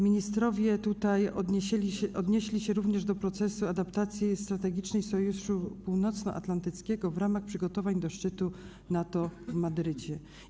Ministrowie odnieśli się tutaj również do procesu adaptacji strategicznej Sojuszu Północnoatlantyckiego w ramach przygotowań do szczytu NATO w Madrycie.